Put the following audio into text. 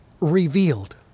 revealed